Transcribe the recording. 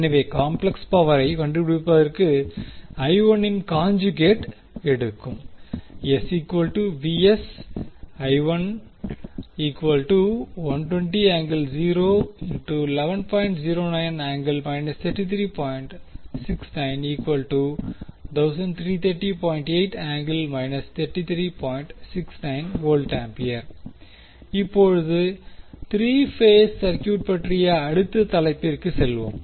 எனவே காம்ப்ளெக்ஸ் பவரை கண்டுபிடிப்பதற்கு இன் கான்ஜுகேட்டை எடுக்கும் இப்போது 3 பேஸ் சர்க்யூட் பற்றிய அடுத்த தலைப்பிற்கு செல்வோம்